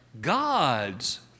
God's